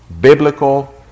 biblical